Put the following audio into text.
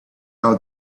out